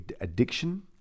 addiction